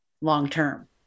long-term